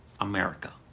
America